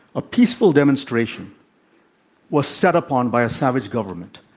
a peaceful demonstration was set upon by a savage government.